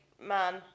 man